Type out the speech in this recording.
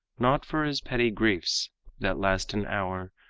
not for his petty griefs that last an hour,